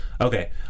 okay